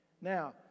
Now